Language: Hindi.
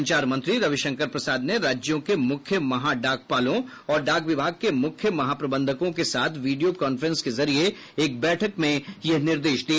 संचार मंत्री रविशंकर प्रसाद ने राज्यों के मुख्य महा डाकपालों और डाक विभाग के मुख्य महाप्रबंधकों के साथ वीडियो कांफ्रेंस के जरिए एक बैठक में ये निर्देश दिए